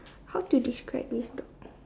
how to describe this dog